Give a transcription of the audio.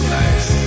nice